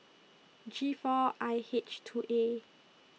G four I H two A